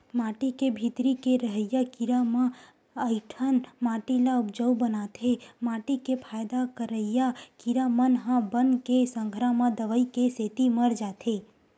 माटी के भीतरी के रहइया कीरा म कइठन माटी ल उपजउ बनाथे माटी के फायदा करइया कीरा मन ह बन के संघरा म दवई के सेती मर जाथे